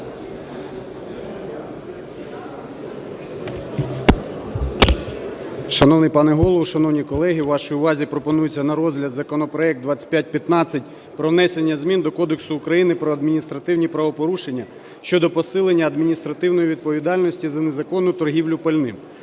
Шановний пане голово, шановні колеги! Вашій увазі пропонується на розгляд законопроект 2515, про внесення змін до Кодексу України про адміністративні правопорушення щодо посилення адміністративної відповідальності за незаконну торгівлю пальним.